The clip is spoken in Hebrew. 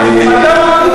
הבעיה?